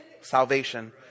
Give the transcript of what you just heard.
salvation